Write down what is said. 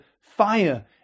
fire